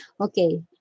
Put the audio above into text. Okay